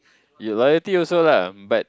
you loyalty also lah but